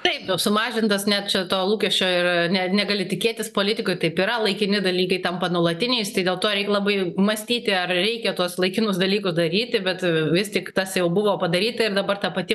taip sumažintas net čia to lūkesčio ir ir ne negali tikėtis politikoj taip yra laikini dalykai tampa nuolatiniais tai dėl to reik labai mąstyti ar reikia tuos laikinus dalykus daryti bet vis tik tas jau buvo padaryta ir dabar ta pati